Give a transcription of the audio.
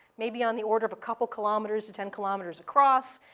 maybe on the order of a couple kilometers to ten kilometers across,